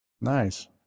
Nice